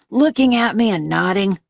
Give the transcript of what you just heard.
looking at me and nodding.